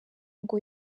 ngo